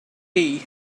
tea